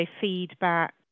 feedback